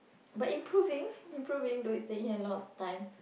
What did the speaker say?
but improving improving though it's taking a lot of time